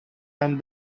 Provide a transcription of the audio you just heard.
and